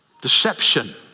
Deception